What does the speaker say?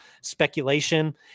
speculation